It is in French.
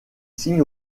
signe